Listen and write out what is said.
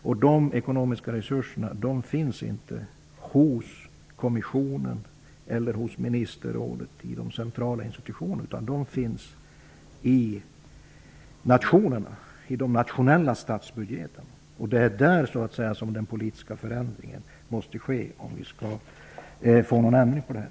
Men de ekonomiska resurserna finns inte vare sig hos kommissionen eller hos ministerrådet, dvs. i de centrala institutionerna, utan de resurserna finns i de nationella statsbudgetarna. Det är där så att säga som den politiska förändringen måste ske för att vi skall kunna få en ändring på det här.